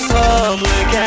public